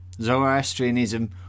Zoroastrianism